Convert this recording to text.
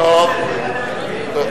ביקשנו